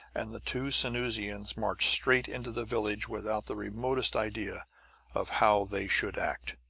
and the two sanusians marched straight into the village without the remotest idea of how they should act.